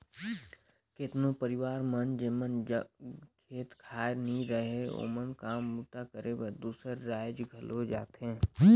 केतनो परिवार मन जेमन जग खेत खाएर नी रहें ओमन काम बूता करे बर दूसर राएज घलो जाथें